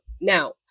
Now